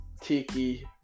Tiki